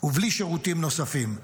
ובלי שירותים נוספים.